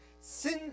Sin